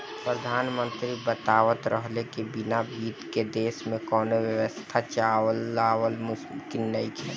प्रधानमंत्री बतावत रहले की बिना बित्त के देश में कौनो व्यवस्था चलावल मुमकिन नइखे